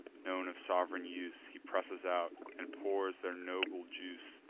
known of sov'reign use, he presses out, and pours their noble juice.